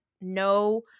no